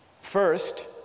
First